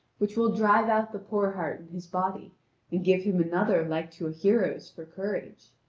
which will drive out the poor heart in his body and give him another like to a hero's for courage.